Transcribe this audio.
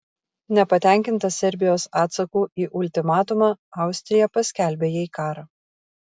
nepatenkinta serbijos atsaku į ultimatumą austrija paskelbė jai karą